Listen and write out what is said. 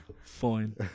Fine